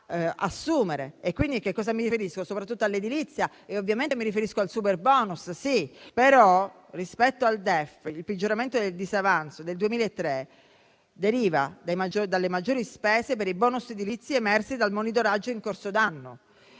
assumere. Mi riferisco soprattutto all'edilizia e ovviamente mi riferisco al superbonus, sì, però, rispetto al DEF, il peggioramento del disavanzo del 2023 deriva dalle maggiori spese per i *bonus* edilizi emersi dal monitoraggio in corso d'anno.